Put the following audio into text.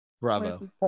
Bravo